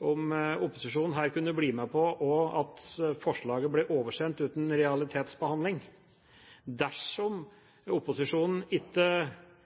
om opposisjonen her blir med på at forslaget blir oversendt uten realitetsbehandling. Dersom opposisjonen ikke